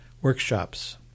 workshops